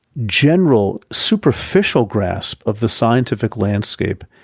general, superficial grasp of the scientific landscape